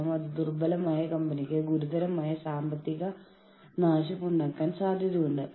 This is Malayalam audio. ഒരു യൂണിയനിൽ ചേരേണ്ടതിന്റെ ആവശ്യകത അവർക്ക് തോന്നുന്നില്ല